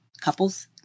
couples